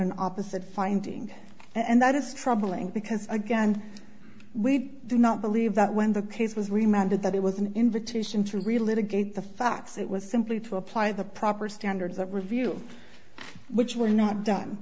an opposite finding and that is troubling because again we do not believe that when the case was reminded that it was an invitation to relive again the facts it was simply to apply the proper standards of review which were not done